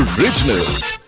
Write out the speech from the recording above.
Originals